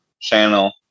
channel